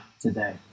today